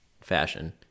fashion